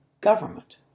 government